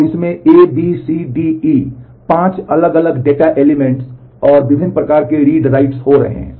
और इसमें A B C D E 5 अलग अलग डेटा एलिमेंट्स और विभिन्न प्रकार के रीड राइट्स हो रहे हैं